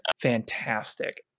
fantastic